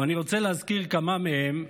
ואני רוצה להזכיר כמה מהם,